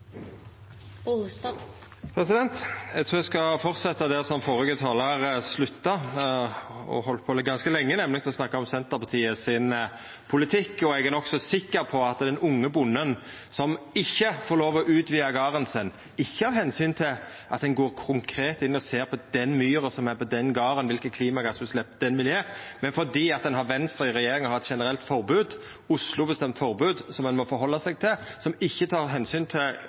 godt. Eg trur eg skal fortsetja der som førre talar slutta, med noko som ho heldt på med ganske lenge, nemleg å snakka om Senterpartiets politikk. Eg er nokså sikker på at den unge bonden som ikkje får lov til å utvida garden sin, ikkje fordi ein går inn og ser konkret på den myra som er på den garden, kva for klimagassutslepp ho vil gje, men fordi ein har Venstre i regjering og har eit generelt forbod, eit Oslo-bestemt forbod, som ein må halda seg til, som ikkje tek omsyn til